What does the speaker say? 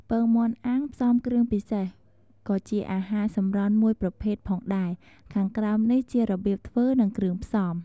ពងមាន់អាំងផ្សំគ្រឿងពិសេស ក៏ជាអាហារសម្រន់មួយប្រភេទផងដែរ ខាងក្រោមនេះជារបៀបធ្វើនិងគ្រឿងផ្សំ។